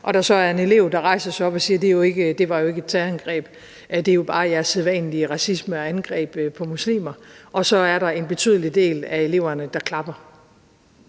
og der var så en elev, der rejste sig op og sagde: Det var jo ikke et terrorangreb; det er bare jeres sædvanlige racisme og angreb på muslimer. Og så var der en betydelig del af eleverne, der klappede